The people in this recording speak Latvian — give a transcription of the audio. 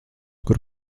kur